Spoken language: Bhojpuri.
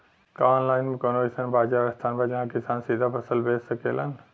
का आनलाइन मे कौनो अइसन बाजार स्थान बा जहाँ किसान सीधा फसल बेच सकेलन?